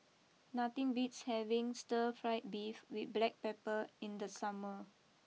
nothing beats having Stir Fry Beef with Black Pepper in the summer